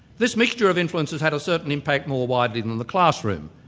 this mixture of influences had a certain impact more widely than the classroom.